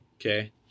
Okay